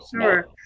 sure